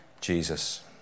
Jesus